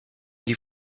die